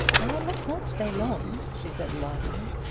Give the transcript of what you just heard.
i must not stay long, she said, laughing.